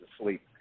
asleep